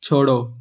छोड़ो